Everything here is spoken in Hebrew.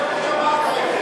מיקי, איפה שמעת את זה?